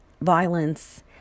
violence